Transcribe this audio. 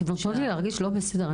אתן נותנות לי להרגיש לא בסדר.